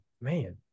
man